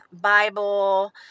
Bible